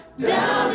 down